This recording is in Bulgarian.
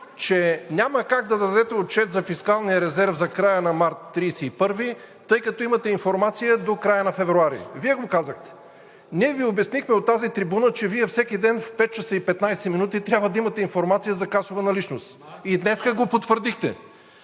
че няма как да дадете отчет за фискалния резерв за края на 31 март, тъй като имате информация до края на февруари? Вие го казахте! Ние Ви обяснихме от тази трибуна, че Вие всеки ден в 17,15 ч. трябва да имате информация за касова наличност. И днес го потвърдихте!